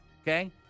Okay